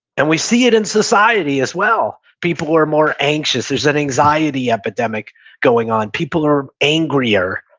and we see it in society as well. people are more anxious. there's an anxiety epidemic going on. people are angrier.